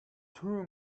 too